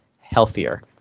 healthier